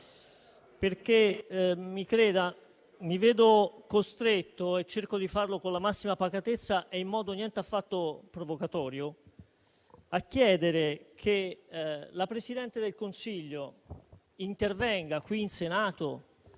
perché mi vedo costretto, e cerco di farlo con la massima pacatezza e in modo niente affatto provocatorio, a chiedere che la Presidente del Consiglio intervenga qui in Senato,